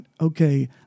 okay